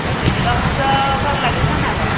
এইটো মৃদুলা কোঁচৰ ঘৰত লাগিছেন নাই বাও